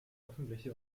öffentliche